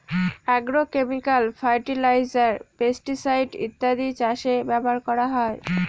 agrochemical fertiliser, pesticide ইত্যাদি চাষে ব্যবহার করা হয়